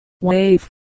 Wave